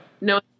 no